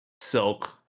silk